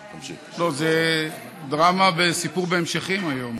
לא, זאת דרמה וסיפור בהמשכים היום.